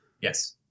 Yes